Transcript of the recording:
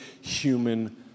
human